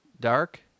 dark